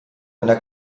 einer